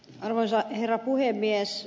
arvoisa herra puhemies